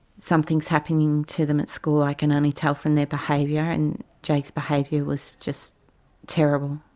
something is happening to them at school, i can only tell from their behaviour, and jake's behaviour was just terrible.